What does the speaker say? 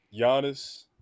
Giannis